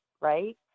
right